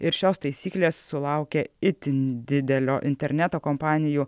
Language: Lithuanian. ir šios taisyklės sulaukė itin didelio interneto kompanijų